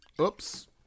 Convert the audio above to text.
Oops